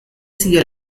siguió